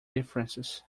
differences